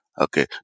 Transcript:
Okay